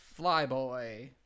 Flyboy